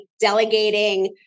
delegating